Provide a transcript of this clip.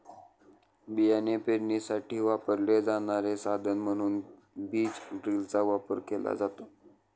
बियाणे पेरणीसाठी वापरले जाणारे साधन म्हणून बीज ड्रिलचा वापर केला जातो